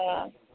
ಹಾಂ